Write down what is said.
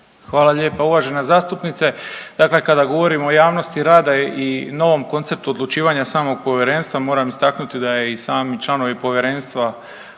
Hvala lijepa uvažena zastupnice. Dakle kada govorimo o javnosti rada i novom konceptu odlučivanja samog Povjerenstva, moram istaknuti da je i sami članovi Povjerenstva koji